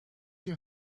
your